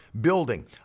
building